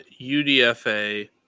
UDFA –